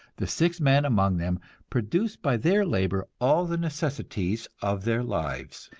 the six men among them produce by their labor all the necessities of their lives,